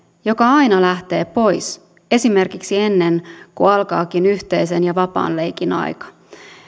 joka aina lähtee pois esimerkiksi ennen kuin alkaakin yhteisen ja vapaan leikin aika